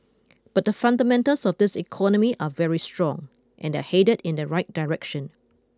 but the fundamentals of this economy are very strong and they're headed in the right direction